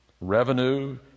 revenue